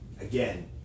Again